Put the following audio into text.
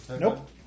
Nope